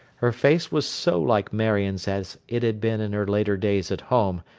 her face was so like marion's as it had been in her later days at home,